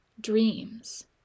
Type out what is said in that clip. Dreams